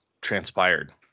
transpired